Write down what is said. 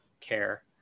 care